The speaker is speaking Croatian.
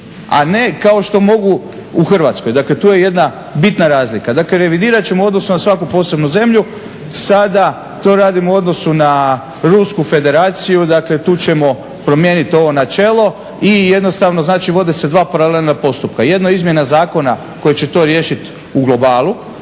a ne kao što mogu u Hrvatskoj, dakle tu je jedna bitna razlika. Dakle, revidirat ćemo u odnosu na svaku posebnu zemlju. Sada to radimo u odnosu na Rusku Federaciju, dakle tu ćemo promijeniti ovo načelo i jednostavno vode se dva paralelna postupka. Jedno izmjena zakona koji će to riješiti u globalu,